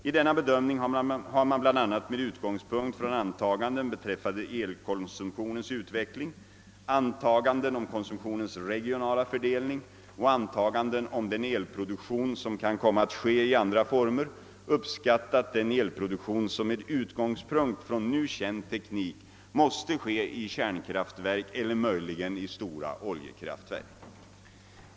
I denna bedömning har man bl.a. med utgångspunkt från antaganden beträffande elkonsumtionens utveckling, antaganden om konsumtionens regionala fördelning ocn antaganden om den elproduktion som kan komma att ske i andra former uppskattat den elproduktion, som med utgångspunkt från nu känd teknik måste ske i kärnkraftverk eller möjligen i stora oljekraftverk.